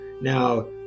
Now